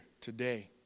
today